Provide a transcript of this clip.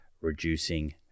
reducing